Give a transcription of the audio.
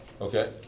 Okay